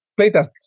playtest